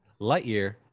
Lightyear